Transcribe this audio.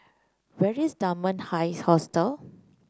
where is Dunman High Hostel